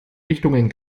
richtungen